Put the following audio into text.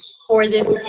for this